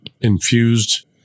infused